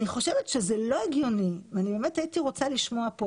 אני חושבת שזה לא יכול להיות - ובאמת הייתי רוצה לשמוע כאן